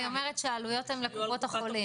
אבל היא אומרת שאז העלויות יהיו על קופות החולים.